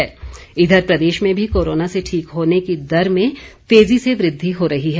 Himachal corona इधर प्रदेश में भी कोरोना से ठीक होने की दर में तेज़ी से वृद्धि हो रही है